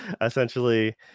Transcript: essentially